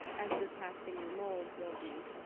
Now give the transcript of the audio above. as you're casting your molds you'll be